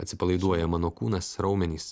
atsipalaiduoja mano kūnas raumenys